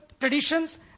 traditions